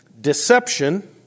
deception